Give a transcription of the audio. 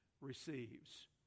receives